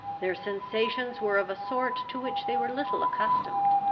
their sensations were of a sort to which they were little accustomed.